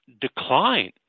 decline